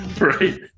Right